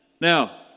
Now